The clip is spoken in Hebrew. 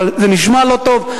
אבל זה נשמע לא טוב,